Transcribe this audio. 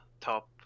top